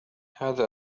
هذا